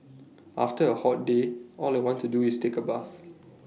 after A hot day all I want to do is take A bath